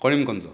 Karimganj